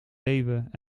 leeuwen